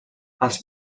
als